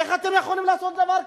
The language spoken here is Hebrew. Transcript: איך אתם יכולים לעשות דבר כזה?